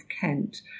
Kent